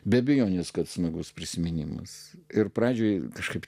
be abejonės kad smagus prisiminimas ir pradžiai kažkaip